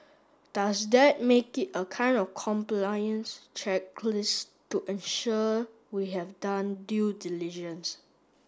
does that make it a kind of compliance checklist to ensure we have done due diligence